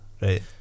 Right